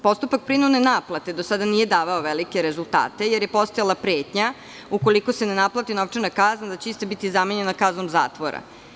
Postupak prinudne naplate do sada nije davao velike rezultate jer je postojala pretnja ukoliko se ne naplati novčana kazna, da će ista biti zamenjena kaznom zatvora.